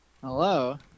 Hello